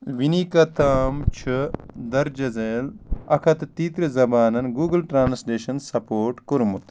وُنیٛک تام چھُ درجہِ ذیل اَکھ ہَتھ تہِ تیٖترٛہ زبانَن گوٗگُل ٹرٛانسلیشن سپورٹ کوٚرمت